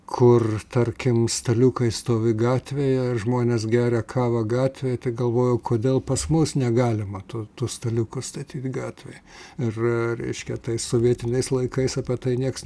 kur tarkim staliukai stovi gatvėje žmonės geria kavą gatvėje tai galvoju kodėl pas mus negalima tų tų staliukus statyt gatvėj ir reiškia tais sovietiniais laikais apie tai nieks